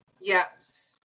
Yes